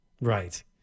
Right